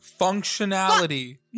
Functionality